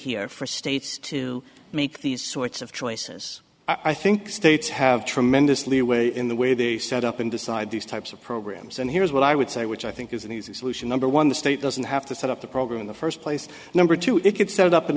states to make these sorts of choices i think states have tremendous leeway in the way they set up and decide these types of programs and here's what i would say which i think is an easy solution number one the state doesn't have to set up the program in the first place number two it could set up in